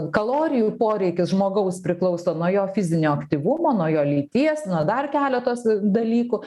kalorijų poreikis žmogaus priklauso nuo jo fizinio aktyvumo nuo jo lyties nuo dar keletos dalykų